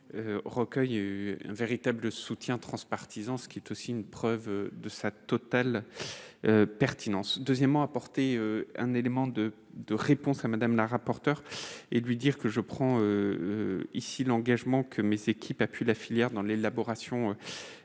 a eu un véritable soutien transpartisan, ce qui est aussi une preuve de sa totale pertinence deuxièmement apporter un élément de de réponse à Madame la rapporteure et lui dire que je prends ici l'engagement que Metz, équipe a pu la filière dans l'élaboration